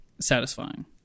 satisfying